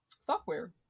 software